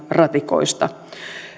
ratikoista